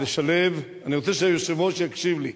ולשלב, אני רוצה שהיושב-ראש יקשיב לי,